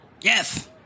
Yes